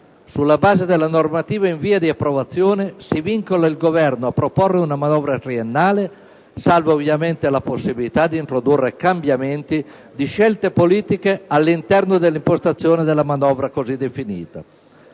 Sulla base della normativa in via di approvazione si vincola il Governo a proporre una manovra triennale, salva ovviamente la possibilità di introdurre cambiamenti di scelte politiche all'interno dell'impostazione della manovra così definita.